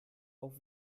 auf